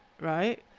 right